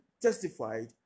testified